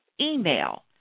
email